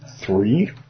three